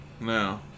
No